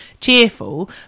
cheerful